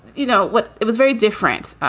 you know what? it was very different.